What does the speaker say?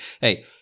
hey